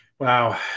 Wow